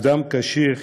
אדם כשיר